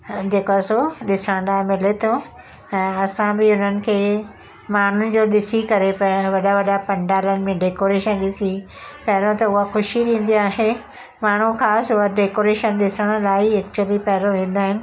जेको सो ॾिसण लाइ मिले थो ऐं असां बि हुननि खे माण्हुनि जो ॾिसी करे पिया वॾा वॾा पंडालनि में डेकोरेशन ॾिसी पहिरियों त हूअं ख़ुशी थींदी आहे माण्हू ख़ासि हूअं डेकोरेशन ॾिसण लाइ एक्चुली पहिरियों वेंदा आहिनि